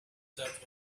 that